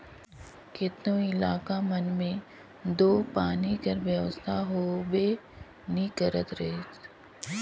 केतनो इलाका मन मे दो पानी कर बेवस्था होबे नी करत रहिस